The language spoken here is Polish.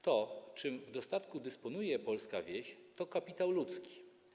To, czym pod dostatkiem dysponuje polska wieś, to kapitał ludzki.